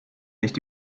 nicht